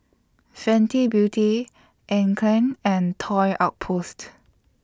Fenty Beauty Anne Klein and Toy Outpost